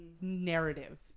narrative